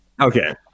okay